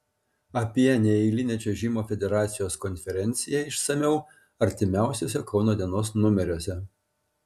apie neeilinę čiuožimo federacijos konferenciją išsamiau artimiausiuose kauno dienos numeriuose